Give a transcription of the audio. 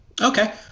Okay